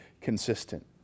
consistent